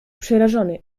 przerażony